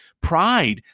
pride